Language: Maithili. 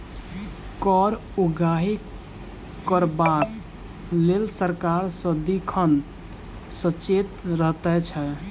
कर उगाही करबाक लेल सरकार सदिखन सचेत रहैत छै